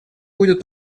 будет